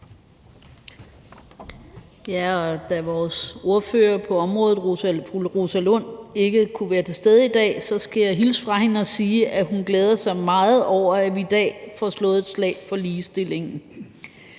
Da vores ordfører på området, fru Rosa Lund, ikke kunne være til stede i dag, skal jeg hilse fra hende og sige, at hun glæder sig meget over, at vi i dag får slået et slag for ligestillingen.